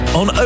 on